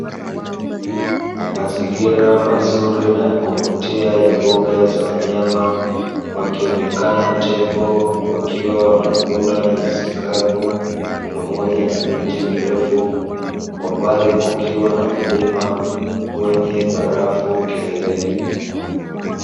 Mazingira mazuri na ya kuvutia ya mbuga za wanyama, wakionekana tembo wakiwa wanakula nyasi kavu, pamoja na miti mirefu, kwa mbali kukiwa na mlima wenye barafu kileleni.